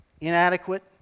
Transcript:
inadequate